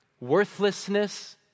Worthlessness